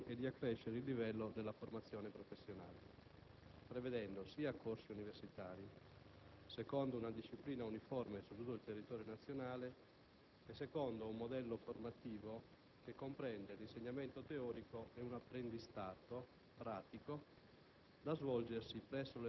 le singole professioni e di accrescere il livello della formazione professionale, prevedendo sia corsi universitari, secondo una disciplina uniforme su tutto il territorio nazionale e secondo un modello formativo che comprende l'insegnamento teorico e un "apprendistato" pratico